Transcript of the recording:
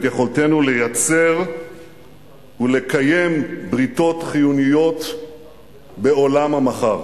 יכולתנו לייצר ולקיים בריתות חיוניות בעולם המחר.